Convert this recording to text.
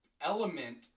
element